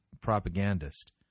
propagandist